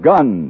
Gun